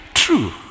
true